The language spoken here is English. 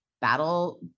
battle